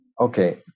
okay